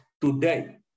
today